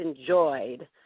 enjoyed